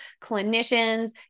clinicians